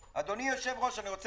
שנייה.